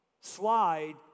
slide